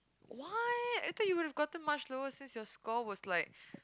why I thought you would gotten much lower since your score was like